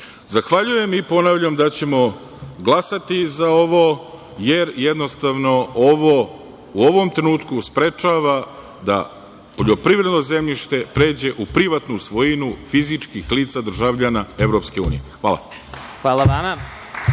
trenutku. Zahvaljujem i ponavljam da ćemo glasati za ovo, jer jednostavno ovo u ovom trenutku sprečava da poljoprivredno zemljište pređe u privatnu svojinu fizičkih lica državljana EU. Hvala. **Vladimir